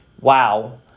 wow